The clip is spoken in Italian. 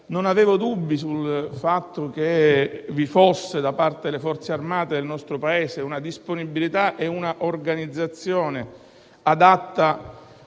Non avevo dubbi sul fatto che vi fossero, da parte delle Forze armate del nostro Paese, una disponibilità e un'organizzazione adatte